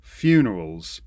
funerals